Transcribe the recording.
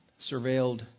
surveilled